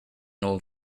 old